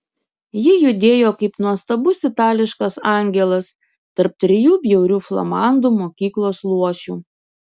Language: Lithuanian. ji judėjo kaip nuostabus itališkas angelas tarp trijų bjaurių flamandų mokyklos luošių